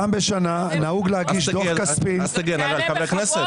פעם בשנה נהוג להגיש דוח כספי --- אז תגן על חברי כנסת.